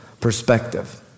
perspective